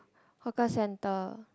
hawker center